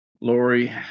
Lori